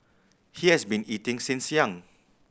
he has been eating since young